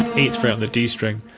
on the d string,